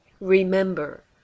Remember